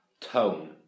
Tone